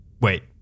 wait